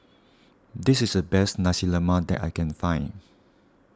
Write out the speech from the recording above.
this is the best Nasi Lemak that I can find